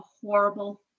horrible